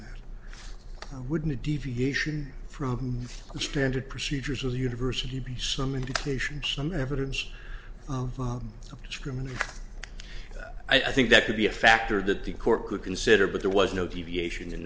that would mean deviation from the standard procedures of the university be some indication some evidence of discrimination i think that could be a factor that the court could consider but there was no deviation in